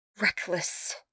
reckless